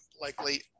likely